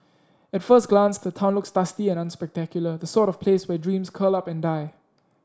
at first glance the town looks dusty and unspectacular the sort of place where dreams curl up and die